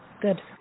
Good